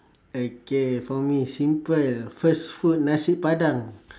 okay for me simple first food nasi padang